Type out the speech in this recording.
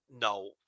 No